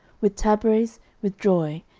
with tabrets, with joy,